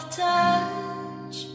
touch